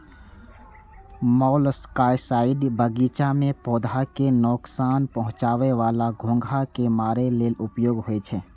molluscicides बगीचा मे पौधा कें नोकसान पहुंचाबै बला घोंघा कें मारै लेल उपयोग होइ छै